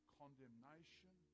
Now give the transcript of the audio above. condemnation